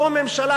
זו ממשלה,